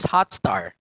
Hotstar